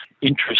interest